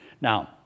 now